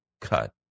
cut